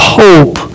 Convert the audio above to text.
hope